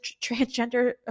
transgender